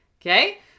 Okay